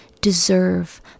deserve